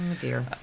dear